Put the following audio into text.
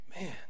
Man